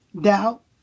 doubt